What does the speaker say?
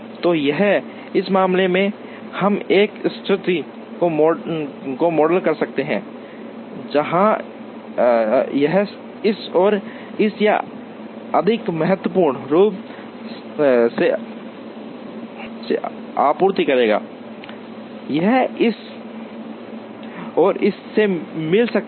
तो यहाँ इस मामले में हम एक स्थिति को मॉडल कर सकते हैं जहां यह इस और इस या अधिक महत्वपूर्ण रूप से आपूर्ति करेगा यह इस और इस से मिल सकता है